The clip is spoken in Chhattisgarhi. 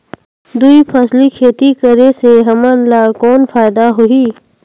दुई फसली खेती करे से हमन ला कौन फायदा होही?